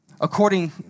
according